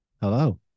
hello